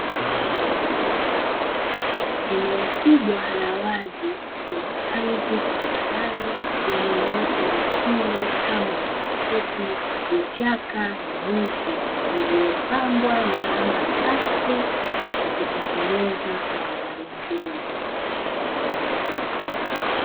Eneo kubwa la wazi lenye ardhi tambarare, lenye uoto wa asili kama: nyasi fupi, vichaka na miti; iliyopambwa na anga safi na kutengeneza mandhari nzuri.